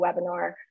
webinar